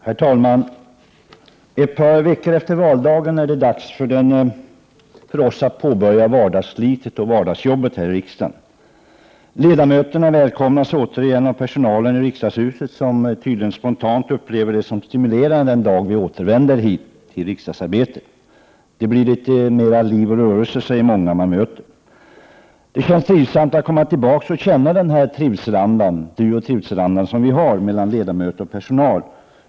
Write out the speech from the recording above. Herr talman! Ett par veckor efter valdagen är det dags för oss att påbörja vardagsslitet och vardagsjobbet här i riksdagen. Ledamöterna välkomnas återigen av personalen i riksdagshuset, som tydligen spontant upplever det som stimulerande den dag vi återvänder till riksdagsarbetet. Det blir litet mer liv och rörelse i huset, säger många man möter. Det känns trivsamt att komma tillbaka och känna den duoch trivselanda som vi har mellan ledamöter och personal.